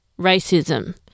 racism